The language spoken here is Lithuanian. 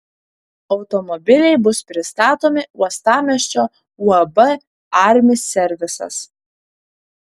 automobiliai bus pristatomi uostamiesčio uab armi servisas